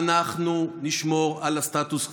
אנחנו נשמור על הסטטוס קוו.